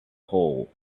hole